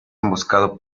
emboscado